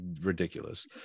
ridiculous